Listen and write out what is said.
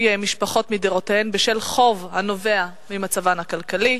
משפחות מדירותיהן בשל חוב הנובע ממצבן הכלכלי?